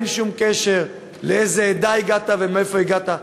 ואין שום קשר לשאלה מאיזו עדה הגעת ומאיפה הגעת,